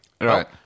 right